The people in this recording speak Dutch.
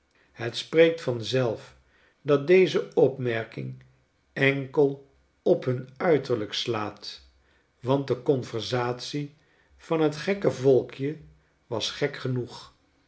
het spreekt vanzelf dat deze opmerking enkel op hun uiterlijk slaat want de conversatie van t gekke volkje was gek genoeg